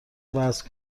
وزن